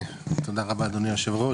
תודה רבה אדוני היושב ראש,